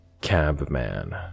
Cabman